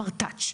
פרטץ',